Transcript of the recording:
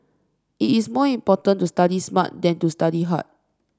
it is more important to study smart than to study hard